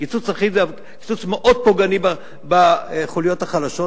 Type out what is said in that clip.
קיצוץ אחיד הוא קיצוץ מאוד פוגעני בחוליות החלשות,